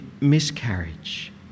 miscarriage